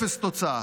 אפס תוצאה.